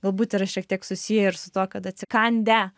galbūt yra šiek tiek susiję ir su tuo kad atsikandę